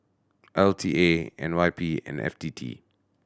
L T A N Y P and F T T